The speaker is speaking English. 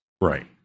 Right